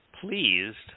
pleased